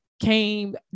came